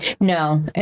No